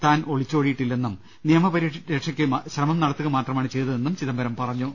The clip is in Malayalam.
താൻ ഒളി ച്ചോടിയിട്ടില്ലെന്നും നിയമ പരിരക്ഷയ്ക്ക് ശ്രമം നടത്തുക മാത്രമാണ് ചെയ്തതെന്നും ചിദംബരം അറിയിച്ചു